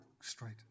straight